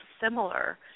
similar